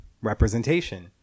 representation